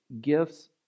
gifts